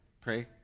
Pray